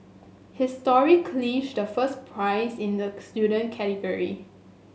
his story clinched the first prize in the student category